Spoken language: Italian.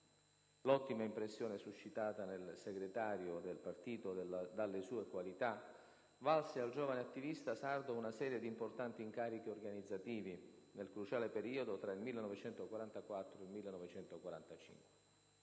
L'ottima impressione suscitata nel segretario del partito dalle sue qualità valse al giovane attivista sardo una serie di importanti incarichi organizzativi, nel cruciale periodo tra il 1944 e il 1945.